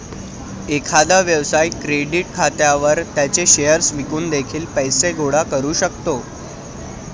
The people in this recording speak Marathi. एखादा व्यवसाय क्रेडिट खात्यावर त्याचे शेअर्स विकून देखील पैसे गोळा करू शकतो